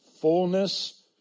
fullness